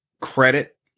Credit